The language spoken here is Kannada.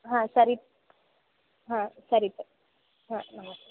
ಹಾಂ ಸರಿ ಇತ್ತು ಹಾಂ ಸರಿ ಇತ್ತು ಹಾಂ ಓಕೆ